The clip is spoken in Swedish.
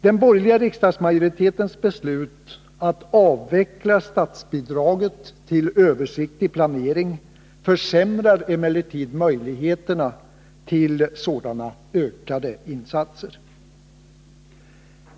Den borgerliga riksdagsmajoritetens beslut att avveckla statsbidraget till över siktlig planering försämrar emellertid möjligheterna till sådana ökade insatser.